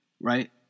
Right